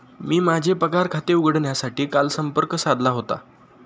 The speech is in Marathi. मी माझे पगार खाते उघडण्यासाठी काल संपर्क साधला होता